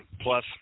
Plus